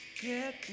Get